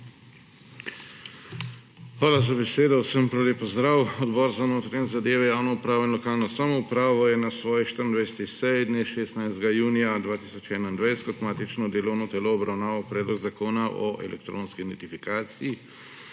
Hvala za besedo. Vsem prav lep pozdrav! Odbor za notranje zadeve, javno upravo in lokalno samoupravo je na svoji 24. seji dne 16. junija 2021 kot matično delovno telo obravnaval Predlog zakona o elektronski identifikaciji